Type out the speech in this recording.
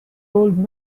old